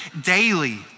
daily